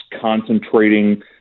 concentrating